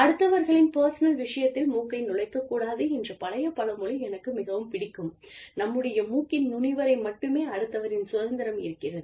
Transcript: அடுத்தவர்களின் பர்சனல் விஷயத்தில் மூக்கை நுழைக்கக் கூடாது என்ற பழைய பழமொழி எனக்கு மிகவும் பிடிக்கும் நம்முடைய மூக்கின் நுனி வரை மட்டுமே அடுத்தவரின் சுதந்திரம் இருக்கிறது